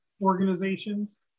organizations